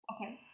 Okay